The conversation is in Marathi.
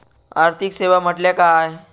आर्थिक सेवा म्हटल्या काय?